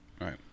Right